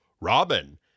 Robin